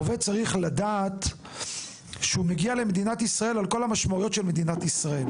עובד צריך לדעת שהוא מגיע למדינת ישראל על כל המשמעויות של מדינת ישראל.